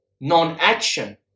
non-action